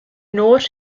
noors